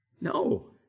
No